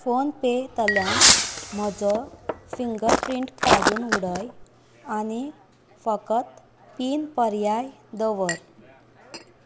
phone pay तल्यान म्हजो finger print काडून उडय आनी फकत पीन पर्याय दवर